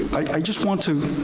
i just want to,